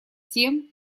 тем